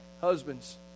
husbands